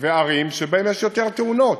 וערים שבהם יש יותר תאונות,